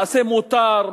מעשה מותר,